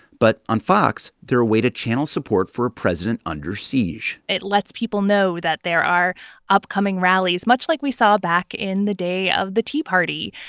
but on fox, they're a way to channel support for a president under siege it lets people know that there are upcoming rallies, much like we saw back in the day of the tea party,